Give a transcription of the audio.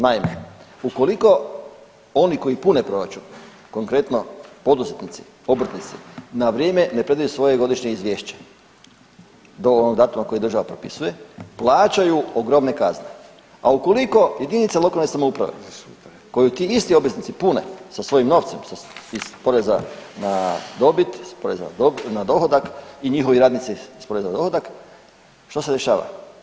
Naime, ukoliko oni koji pune proračun konkretno poduzetnici, obrtnici, na vrijeme ne predaju svoje godišnje izvješće do onog datuma koji država propisuje, plaćaju ogromne kazne, a ukoliko jedinice lokalne samouprave koju ti isti obveznici pune sa svojim novcem iz poreza na dobit, iz poreza na dohodak i njihovi radnici iz poreza na dohodak, što se dešava?